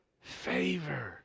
favor